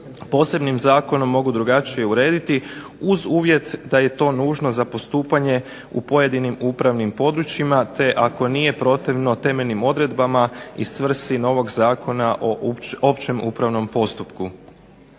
posebnim zakonom mogu drugačije urediti uz uvjet da je to nužno za postupanje u pojedinim upravnim područjima te ako nije protivno temeljnim odredbama i svrsi novog Zakona o općem upravnom postupku.